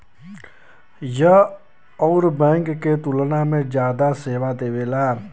यह अउर बैंक के तुलना में जादा सेवा देवेला